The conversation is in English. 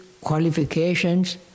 qualifications